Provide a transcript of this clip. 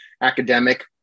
academic